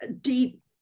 deep